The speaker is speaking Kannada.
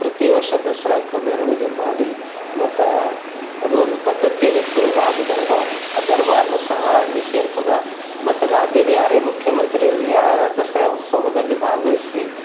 ಪ್ರತಿ ವರ್ಷಾ ದಸರಾಕ್ಕೆ ಮೆರವಣಿಗೆ ಮಾಡಿ ಮತ್ತು ಅದು ಒಂದು ಪದ್ಧತಿ ಏನಿತ್ತು ರಾಜ ದರ್ಬಾರ್ ಆ ದರ್ಬಾರ್ನು ಸಹ ಅಲ್ಲಿ ಸೇರ್ತದ ಮತ್ತು ರಾಜ್ಯದ ಯಾರೇ ಮುಖ್ಯಮಂತ್ರಿ ಇರಲಿ ಆ ದಸರಾ ಉತ್ಸವದಲ್ಲಿ ಭಾಗವಹಿಸಿ